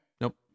Nope